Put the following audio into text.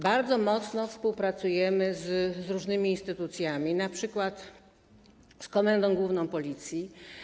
Bardzo mocno współpracujemy z różnymi instytucjami, np. z Komendą Główną Policji.